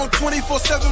24-7